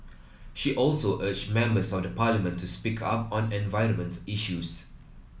she also urged members of the Parliament to speak up on environment issues